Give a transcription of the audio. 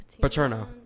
Paterno